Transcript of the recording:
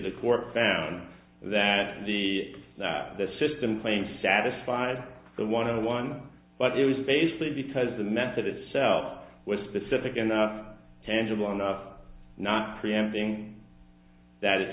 the court found that the the system claimed satisfied the one on one but it was basically because the method itself was specific and tangible enough not preempting that i